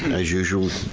as usual,